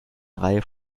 reihe